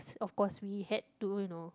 of course we had to you know